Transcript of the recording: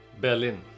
Berlin